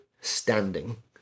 standing